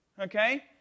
okay